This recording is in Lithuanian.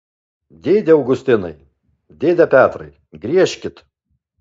dėde augustinai dėde petrai griežkit